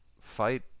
fight